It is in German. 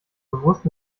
bewusst